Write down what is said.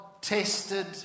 tested